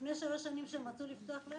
לפני שלוש שנים כשהם רצו לפתוח,